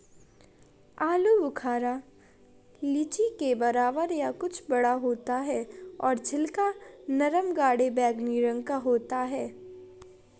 आलू बुखारा लीची के बराबर या कुछ बड़ा होता है और छिलका नरम गाढ़े बैंगनी रंग का होता है